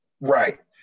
Right